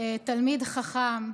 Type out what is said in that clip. תלמיד חכם,